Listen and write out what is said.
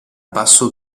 basso